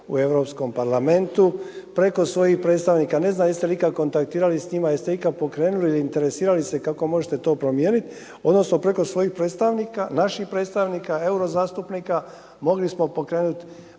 u Europskom parlamentu, preko svojih predstavnika, ne znam jeste li ikada kontaktirali s njima, jeste ikada pokrenuli ili interesirali se kako to možete promijeniti odnosno preko svojih predstavnika, naših predstavnika euro zastupnika mogli smo pokrenut